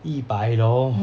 一百楼